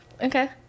Okay